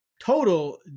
total